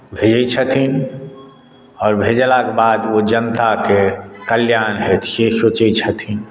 भेजैत छथिन आओर भेजलाक बाद ओ जनताके कल्याण हेतु से सोचैत छथिन